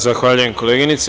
Zahvaljujem, koleginice.